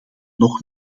nog